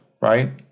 right